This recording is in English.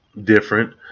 different